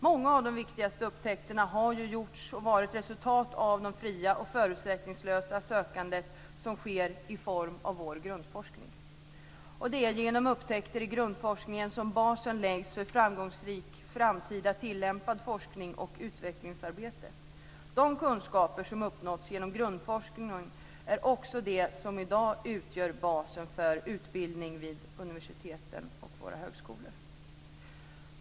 Många av de viktigaste upptäckterna har gjorts och varit resultat av det fria och förutsättningslösa sökandet som sker i form av grundforskning. Det är genom upptäckter i grundforskningen som basen läggs för framgångsrik framtida tillämpad forskning och utvecklingsarbete. De kunskaper som har uppnåtts genom grundforskning är också de som i dag utgör basen för utbildning vid universiteten och våra högskolor.